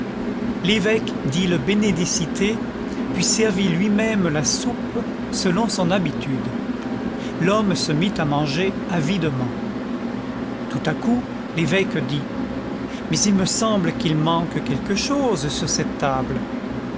l'évêque dit le bénédicité puis servit lui-même la soupe selon son habitude l'homme se mit à manger avidement tout à coup l'évêque dit mais il me semble qu'il manque quelque chose sur cette table